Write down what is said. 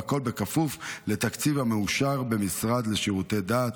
והכול בכפוף לתקציב המאושר במשרד לשירותי דת.